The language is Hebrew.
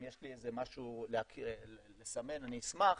אם יש לי משהו לסמן אני אשמח,